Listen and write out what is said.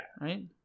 Right